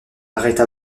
arrêta